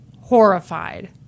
horrified